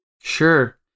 Sure